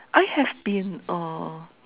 I have been